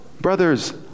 brothers